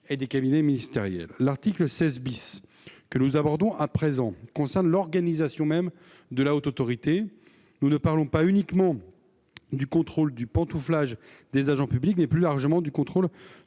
et des cabinets ministériels. L'article 16, que nous abordons à présent, concerne l'organisation même de la Haute Autorité. Il est question non plus uniquement du contrôle du pantouflage des agents publics, mais, plus largement, du contrôle